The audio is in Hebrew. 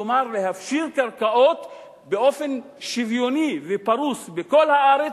כלומר להפשיר קרקעות באופן שוויוני ופרוס בכל הארץ,